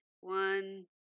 One